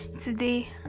today